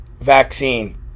vaccine